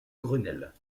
grenelle